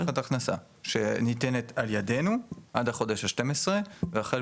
יש הבטחת הכנסה שניתנת על ידנו עד החודש ה-12 והחל